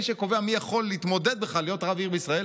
מי שקובע מי יכול להתמודד בכלל להיות רב עיר בישראל,